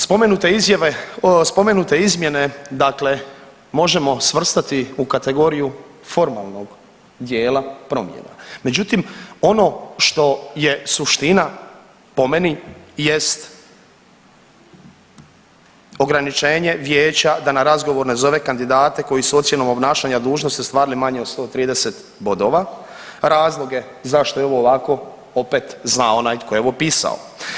Spomenute izmjene dakle možemo svrstati u kategoriju formalnog dijela promjena, međutim ono što je suština po meni jest ograničenje vijeća da na razgovor ne zove kandidate koji su ocjenom obnašanja dužnosti ostvarili manje od 130 bodova, razloge zašto je ovo ovako opet zna onaj tko je ovo pisao.